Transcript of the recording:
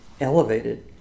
elevated